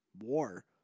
war